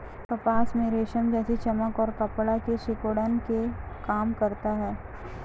कपास में रेशम जैसी चमक और कपड़ा की सिकुड़न को कम करता है